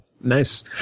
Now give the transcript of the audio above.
Nice